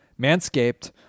Manscaped